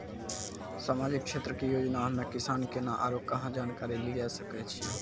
समाजिक क्षेत्र के योजना हम्मे किसान केना आरू कहाँ जानकारी लिये सकय छियै?